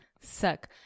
Suck